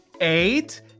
eight